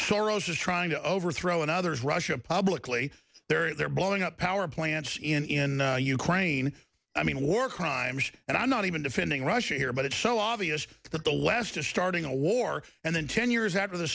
the roses trying to overthrow another's russia publicly they're blowing up power plants in ukraine i mean war crimes and i'm not even defending russia here but it's so obvious that the west is starting a war and then ten years after the